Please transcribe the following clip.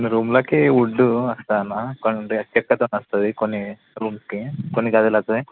కొన్ని రూములకి వుడ్ వస్తుంది అన్న అంటే చెక్కతోని కొన్ని రూమ్స్కి కొన్ని గదులకి